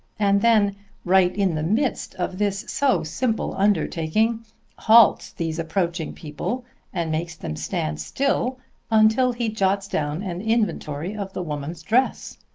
and then right in the midst of this so simple undertaking halts these approaching people and makes them stand still until he jots down an inventory of the woman's dress.